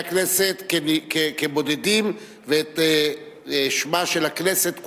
הכנסת כבודדים ואת שמה של הכנסת כולה,